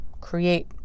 create